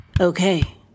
Okay